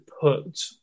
put